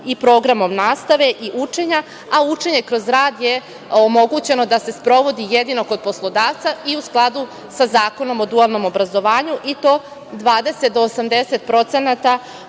i programom nastave i učenja, a učenje kroz rad je omogućeno da se sprovodi jedino kod poslodavca i u skladu sa Zakonom o dualnom obrazovanju, i to 20-80